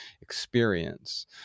experience